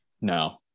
No